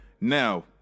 Now